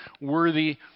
worthy